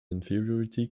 inferiority